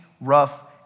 rough